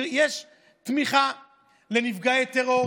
יש תמיכה לנפגעי טרור,